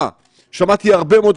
זה במיוחד עבור